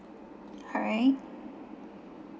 alright